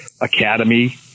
academy